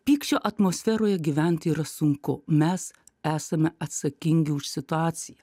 pykčio atmosferoje gyventi yra sunku mes esame atsaki už situaciją